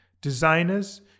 designers